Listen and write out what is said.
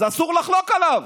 אז אסור לחלוק עליו.